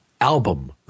album